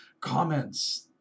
comments